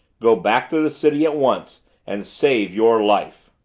go back to the city at once and save your life.